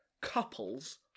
couples